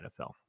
NFL